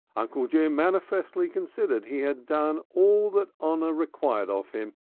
uncle jim manifestly considered he had done all that honour required of him,